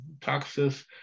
taxes